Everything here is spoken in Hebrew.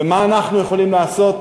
ומה אנחנו יכולים לעשות